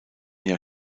jahr